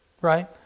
Right